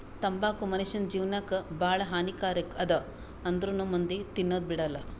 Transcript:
ತಂಬಾಕು ಮುನುಷ್ಯನ್ ಜೇವನಕ್ ಭಾಳ ಹಾನಿ ಕಾರಕ್ ಅದಾ ಆಂದ್ರುನೂ ಮಂದಿ ತಿನದ್ ಬಿಡಲ್ಲ